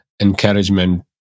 encouragement